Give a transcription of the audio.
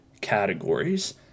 categories